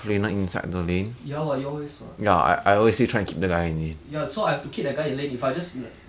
I don't know lah but I see also quite generic lah maybe it's because there's just too many of this hyper play you know